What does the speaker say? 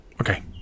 Okay